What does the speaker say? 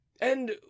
And